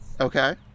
Okay